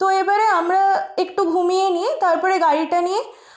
তো এবারে আমরা একটু ঘুমিয়ে নিয়েই তারপরে গাড়িটা নিয়ে